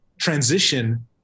transition